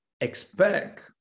expect